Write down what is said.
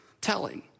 telling